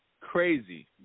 crazy